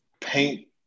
paint